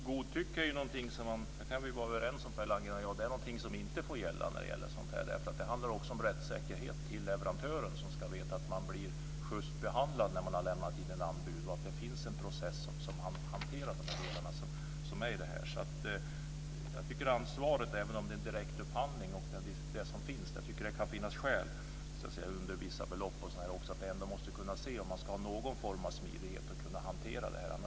Fru talman! Per Landgren och jag kan vara överens om att godtycke är någonting som inte får finnas när det gäller sådant här eftersom det också handlar också om rättssäkerhet i fråga om leverantören, som ska veta att man blir schyst behandlad när man har lämnat in ett anbud och att det finns en process där de delar som är i det här hanteras. Jag tycker ansvaret finns även om det är en direktupphandling, och jag tycker att det kan finnas skäl att man, när det gäller upphandling under vissa belopp, har någon form av smidighet för att kunna hantera det här.